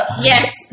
yes